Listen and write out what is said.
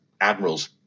admirals